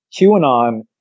QAnon